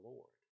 Lord